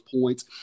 points